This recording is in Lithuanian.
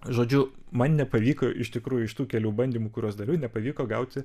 žodžiu man nepavyko iš tikrųjų iš tų kelių bandymų kuriuos dariau nepavyko gauti